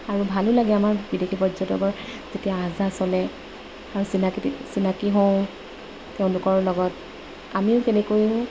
আৰু ভালো লাগে আমাৰ বিদেশী পৰ্যটকৰ যেতিয়া আহযাহ চলে আৰু চিনাকি চিনাকি হওঁ তেওঁলোকৰ লগত আমিও তেনেকৈও